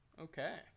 okay